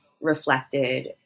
reflected